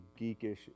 geekish